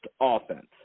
offense